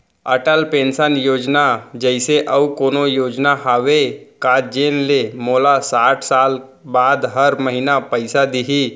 Atal pension Yojana जइसे अऊ कोनो योजना हावे का जेन ले मोला साठ साल बाद हर महीना पइसा दिही?